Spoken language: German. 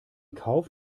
kauf